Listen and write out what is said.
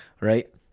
right